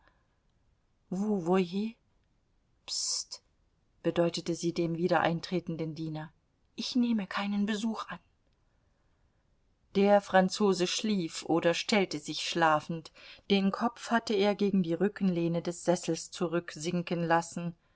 pst bedeutete sie dem wieder eintretenden diener ich nehme keinen besuch an der franzose schlief oder stellte sich schlafend den kopf hatte er gegen die rückenlehne des sessels zurücksinken lassen